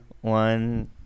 one